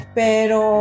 pero